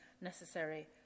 necessary